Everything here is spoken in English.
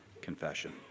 confession